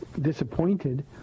disappointed